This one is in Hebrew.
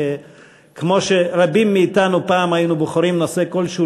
שכמו שרבים מאתנו שפעם היו בוחרים נושא כלשהו